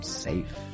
safe